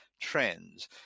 trends